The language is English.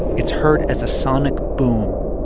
it's heard as a sonic boom,